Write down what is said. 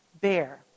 bear